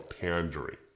pandering